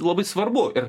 labai svarbu ir